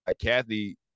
Kathy